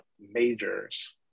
majors